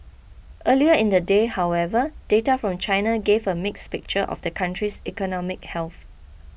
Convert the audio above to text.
earlier in the day however data from China gave a mixed picture of the country's economic health